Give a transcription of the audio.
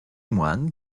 moines